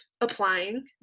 applying